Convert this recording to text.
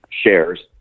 shares